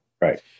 right